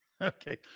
Okay